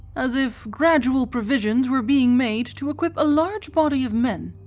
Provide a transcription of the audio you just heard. as if gradual provisions were being made to equip a large body of men.